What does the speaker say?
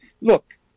Look